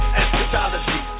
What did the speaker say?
eschatology